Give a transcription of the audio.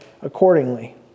accordingly